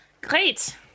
Great